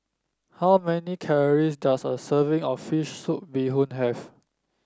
how many calories does a serving of fish soup Bee Hoon have